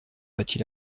battit